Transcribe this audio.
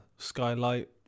Skylight